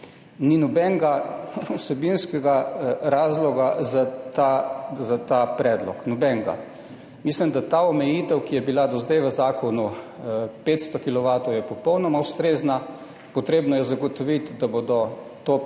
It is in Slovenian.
ni nobenega vsebinskega razloga za ta predlog. Nobenega. Mislim, da je ta omejitev, ki je bila do zdaj v zakonu, 500 kilovatov, popolnoma ustrezna. Potrebno je zagotoviti, da se bo te presežne